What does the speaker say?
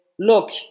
look